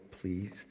pleased